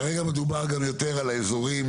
כרגע מדובר גם יותר על האזורים